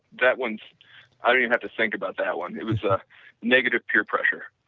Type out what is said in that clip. that one i don't have to think about that one. it was a negative peer pressure